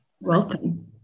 Welcome